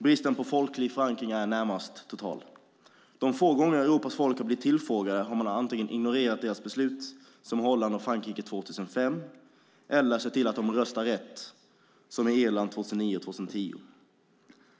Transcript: Bristen på folklig förankring är närmast total. De få gånger Europas folk har blivit tillfrågade har man antingen ignorerat deras beslut, som i Holland och Frankrike 2005, eller sett till att de "röstar rätt" som i Irland 2009 och 2010.